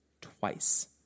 twice